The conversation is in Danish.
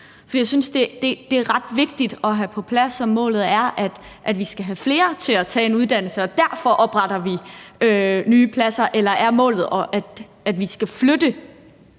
Jeg synes, det er ret vigtigt at have på plads, om målet er, at vi skal have flere til at tage en uddannelse, og at vi derfor opretter nye pladser, eller om målet er, at vi skal flytte